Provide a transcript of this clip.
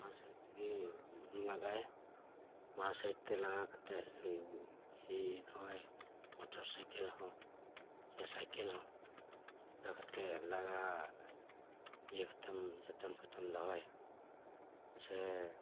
ᱵᱟᱸ ᱥᱟᱭᱤᱴ ᱛᱮᱜᱮᱢ ᱞᱟᱜᱟᱭᱟ ᱵᱟᱸ ᱥᱟᱭᱤᱴ ᱛᱮ ᱞᱟᱜᱟ ᱠᱟᱛᱮ ᱮᱫ ᱱᱚᱜᱼᱚᱭ ᱢᱚᱴᱳᱨ ᱥᱟᱭᱠᱮᱞ ᱦᱚᱸ ᱥᱮ ᱥᱟᱭᱠᱮᱞ ᱦᱚᱸ ᱪᱮᱫᱞᱟᱠᱟ ᱠᱟᱛᱮ ᱞᱟᱜᱟ ᱤᱭᱟᱹ ᱠᱟᱛᱮᱢ ᱡᱚᱛᱚᱱ ᱠᱟᱛᱮᱢ ᱫᱚᱦᱚᱭᱟ ᱥᱮ